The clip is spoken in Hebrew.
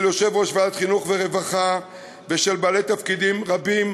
של יושבי-ראש ועדות החינוך והרווחה ושל בעלי תפקידים רבים,